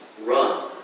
run